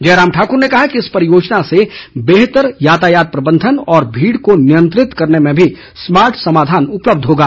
जयराम ठाक्र ने कहा कि इस परियोजना से बेहतर यातायात प्रबंधन और भीड़ को नियंत्रित करने में भी स्मार्ट समाधान उपलब्ध होगा